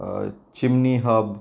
chimney hob